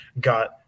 got